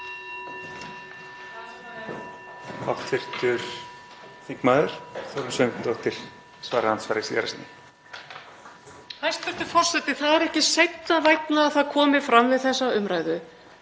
Það er ekki seinna vænna að það komi fram við þessa umræðu